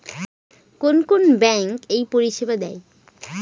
কোন কোন ব্যাঙ্ক এই পরিষেবা দেয়?